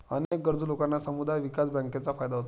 अनेक गरजू लोकांना समुदाय विकास बँकांचा फायदा होतो